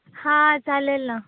हां चालेल ना